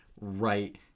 right